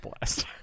blast